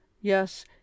Yes